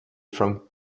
from